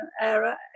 era